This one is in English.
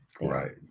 Right